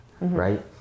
right